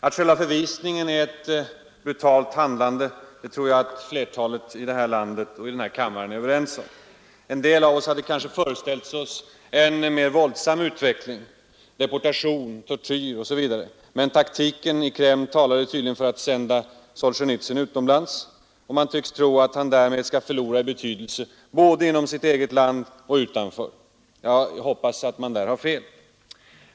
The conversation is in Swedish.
Att själva förvisningen är ett brutalt handlande tror jag flertalet i det här landet och i den här kammaren är överens om. En del av oss hade kanske föreställt sig en mera våldsam utveckling — deportation, tortyr, osv. — men taktiken i Kreml talade tydligen för att sända Solzjenitsyn utomlands. Man tycks tro att han därmed skall förlora i betydelse både inom sitt eget land och utanför. Jag hoppas att man där har fel.